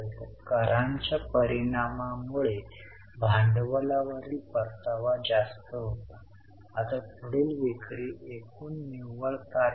आता आपण आधी बॅलेन्सशीटवर चर्चा केली आहे त्यानंतर पी आणि एल वर चर्चा केली आहे